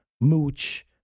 Mooch